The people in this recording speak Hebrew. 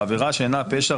בעבירה שאינה פשע,